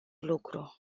lucru